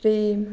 प्रेम